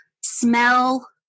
smell